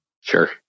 Sure